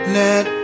let